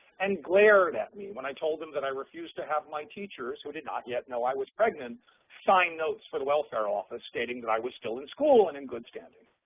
and glared at me when i told them that i refused to have my teachers who did not yet know i was pregnant sign notes for the welfare office stating that i was still in school and in good standing.